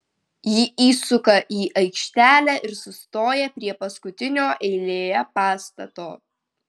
ji įsuka į aikštelę ir sustoja prie paskutinio eilėje pastato